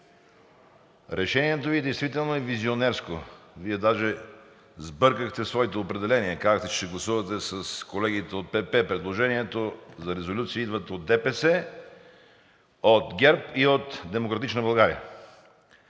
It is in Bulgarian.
Решението Ви действително е визионерско. Вие даже сбъркахте своето определение, казахте, че ще гласувате с колегите от ПП. Предложението за резолюция идва от ДПС, от ГЕРБ и от „Демократична България“,